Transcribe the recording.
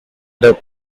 part